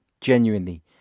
genuinely